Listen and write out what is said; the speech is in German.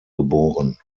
geboren